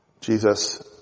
Jesus